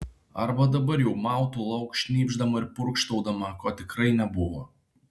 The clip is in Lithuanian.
arba dabar jau mautų lauk šnypšdama ir purkštaudama ko tikrai nebuvo